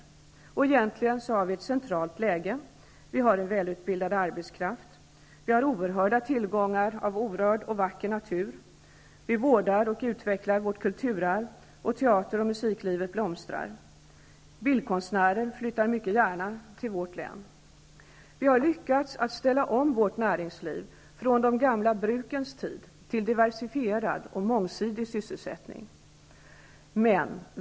Vi har egentligen ett centralt läge, en välutbildad arbetskraft, oerhörda tillgångar av orörd och vacker natur. Vi vårdar och utvecklar vårt kulturarv, och teater och musiklivet blomstrar. Bildkonstnärer flyttar mycket gärna till vårt län. Vi har lyckats att ställa om vårt näringsliv från de gamla brukens tid till diversifierad och mångsidig sysselsättning.